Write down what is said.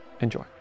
Enjoy